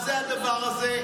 מה זה הדבר הזה?